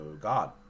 God